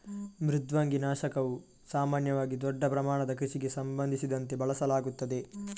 ಮೃದ್ವಂಗಿ ನಾಶಕವು ಸಾಮಾನ್ಯವಾಗಿ ದೊಡ್ಡ ಪ್ರಮಾಣದ ಕೃಷಿಗೆ ಸಂಬಂಧಿಸಿದಂತೆ ಬಳಸಲಾಗುತ್ತದೆ